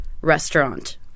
restaurant –